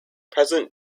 present